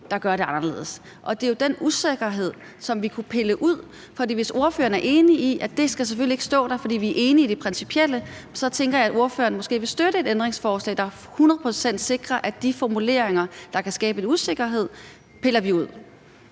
der gør det anderledes. Det er jo den usikkerhed, vi kunne pille ud. For hvis ordføreren er enig i, at det selvfølgelig ikke skal stå der, fordi vi er enige i det principielle, tænker jeg, at ordføreren måske vil støtte et ændringsforslag, der hundrede procent sikrer, at de formuleringer, der kan skabe en usikkerhed, piller vi ud.